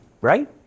right